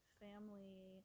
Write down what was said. family